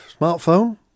smartphone